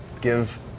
give